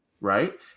right